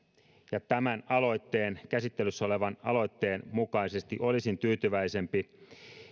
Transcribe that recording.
tämän käsittelyssä olevan aloitteen mukaisesti olisin tyytyväisempi